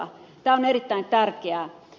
tämä on erittäin tärkeää